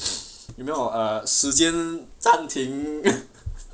有没有时间暂停